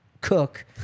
Cook